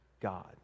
God